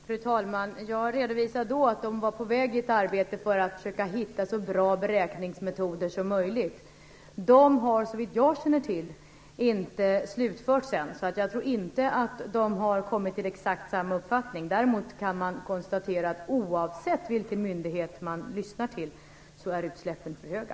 Fru talman! Jag redovisade då att man var inne i ett arbete för att försöka att hitta så bra beräkningsmetoder som möjligt. Såvitt jag känner till har detta arbete ännu inte slutförts. Jag tror inte att man har kommit fram till exakt samma uppfattning. Däremot kan man konstatera att oavsett vilken myndighet man lyssnar till är utsläppen för stora.